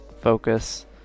focus